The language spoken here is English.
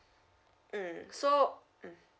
mm so mm